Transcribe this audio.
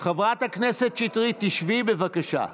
חברת הכנסת שטרית, שבי, בבקשה.